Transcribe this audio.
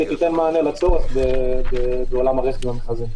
שתיתן מענה לצורך בעולם הרכש והמכרזים.